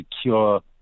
secure